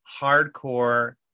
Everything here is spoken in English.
hardcore